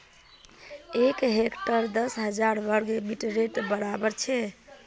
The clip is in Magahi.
एक हेक्टर दस हजार वर्ग मिटरेर बड़ाबर छे